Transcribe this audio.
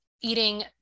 eating